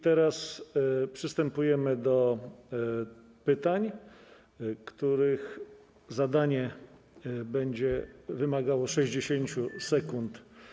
Teraz przystępujemy do pytań, których zadanie będzie wymagało 60 sekund.